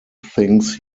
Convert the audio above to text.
thinks